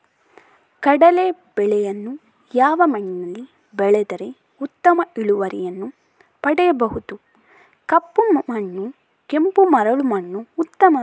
ಕಡಲೇ ಬೆಳೆಯನ್ನು ಯಾವ ಮಣ್ಣಿನಲ್ಲಿ ಬೆಳೆದರೆ ಉತ್ತಮ ಇಳುವರಿಯನ್ನು ಪಡೆಯಬಹುದು? ಕಪ್ಪು ಮಣ್ಣು ಕೆಂಪು ಮರಳು ಮಣ್ಣು ಉತ್ತಮವೇ?